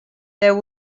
there